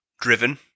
Driven